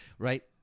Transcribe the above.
Right